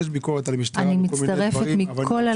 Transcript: אני מצטרפת מכל הלב.